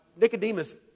Nicodemus